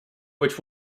which